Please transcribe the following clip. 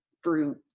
fruit